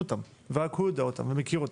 אותם ורק הוא יודע אותם ורק הוא מכיר אותם.